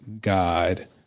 God